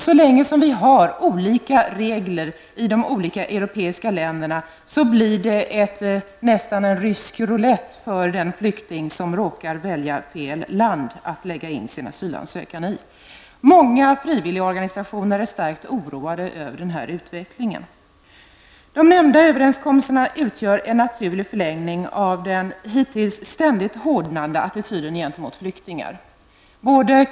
Så länge som vi har olika regler i de olika europeiska länderna, blir det nästan en rysk rulett för den flykting som råkar välja fel land att lägga in sin asylansökan i. Många frivilligorganisationer är starkt oroade över denna utveckling. De nämnda överenskommelserna utgör en naturlig förlängning av den hittills ständigt hårdnande attityden gentemot flyktingar.